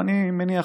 ואני מניח